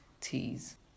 teas